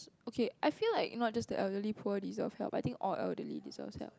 okay I feel like not just the elderly poor deserves help but I think all elderly deserves help